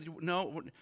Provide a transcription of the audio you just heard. no